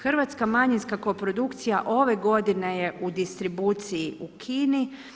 Hrvatska manjinska koprodukcija ove godine je u distribuciji u Kini.